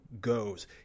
goes